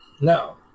No